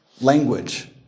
language